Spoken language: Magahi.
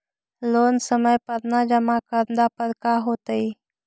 लोन समय पर न जमा करला पर का होतइ?